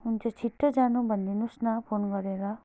हुन्छ छिट्टो जानु भनिदिनोस् न फोन गरेर